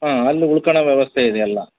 ಹಾಂ ಅಲ್ಲಿ ಉಳ್ಕಳ್ಲೋ ವ್ಯವಸ್ಥೆ ಇದೆಯಲ್ಲ